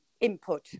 input